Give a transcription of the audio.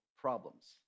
problems